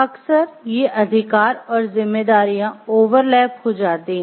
अक्सर ये अधिकार और जिम्मेदारियां ओवरलैप हो जाती हैं